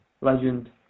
Legend